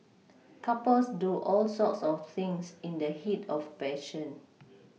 couples do all sorts of things in the heat of passion